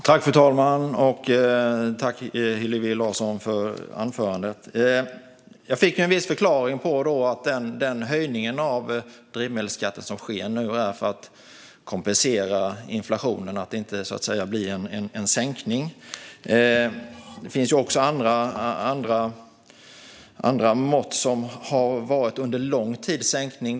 Fru talman! Tack, Hillevi Larsson, för anförandet! Jag fick en viss förklaring till den höjning av drivmedelsskatten som nu sker för att kompensera för inflationen så att det inte blir en sänkning. Det finns också andra mått, där det under lång tid skett en sänkning.